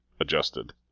adjusted